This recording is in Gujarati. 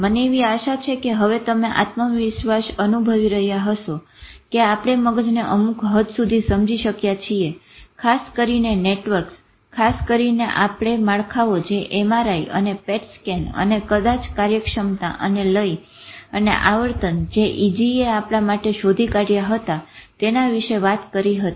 મને એવી આશા છે કે હવે તમે આત્મવિશ્વાસ અનુભવી રહ્યા હશો કે આપણે મગજને અમુક હદ સુધી સમજી શક્યા છીએ ખાસ કરીને નેટવર્કસ ખાસ કરીને આપણે માળખાઓ જે MRI અને પેટ સ્કેન અને કદાચ કાર્યક્ષમતા અને લય અને આવર્તન જે EG એ આપણા માટે શોધી કાઢ્યા હતા તેના વિશે વાત કરી હતી